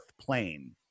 plane